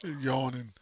Yawning